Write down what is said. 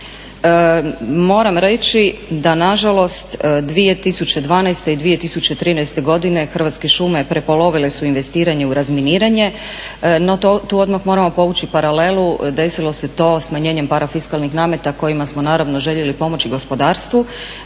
Moram reći da nažalost 2012. i 2013. godine Hrvatske šume prepolovile su investiranje u razminiranje, no tu odmah moramo povući paralelu desilo se to smanjenjem parafiskalnih nameta kojima smo naravno željeli pomoći gospodarstvu